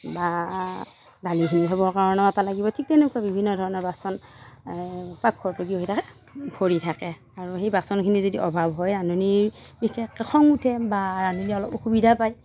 বা দালিখিনি থ'বৰ কাৰণেও এটা লাগিব ঠিক তেনেকুৱা বিভিন্ন ধৰণৰ বাচন পাকঘৰটো কি হৈ থাকে ভৰি থাকে আৰু সেই বাচনখিনিৰ যদি অভাৱ হয় ৰান্ধনীৰ বিশেষকে খং উঠে বা ৰান্ধনীয়ে অলপ অসুবিধা পায়